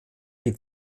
die